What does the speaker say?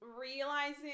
realizing